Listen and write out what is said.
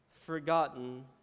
forgotten